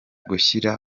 gushyira